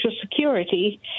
Security